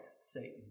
Satan